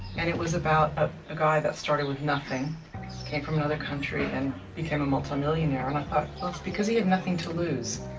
and it was about ah a guy that started with nothing. he came from another country and became a multi-millionaire, and i thought, well, it's because he had nothing to lose.